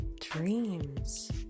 dreams